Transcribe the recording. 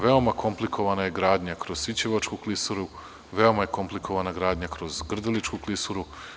Veoma komplikovana je gradnja kroz Sićevačku klisuru, veoma je komplikovana gradnja kroz Grdeličku klisuru.